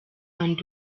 and